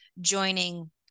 joining